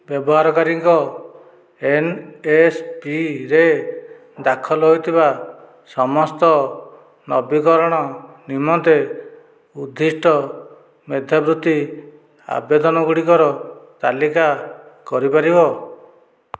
ବ୍ୟବହାରକାରୀଙ୍କ ଏନ୍ଏସ୍ପିରେ ଦାଖଲ ହୋଇଥିବା ସମସ୍ତ ନବୀକରଣ ନିମନ୍ତେ ଉଦ୍ଦିଷ୍ଟ ମେଧାବୃତ୍ତି ଆବେଦନଗୁଡ଼ିକର ତାଲିକା କରିପାରିବ